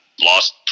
lost